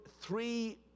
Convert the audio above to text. three